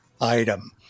item